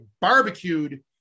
barbecued